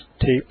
tapes